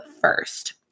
first